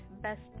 best